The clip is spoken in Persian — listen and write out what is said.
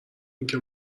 اینکه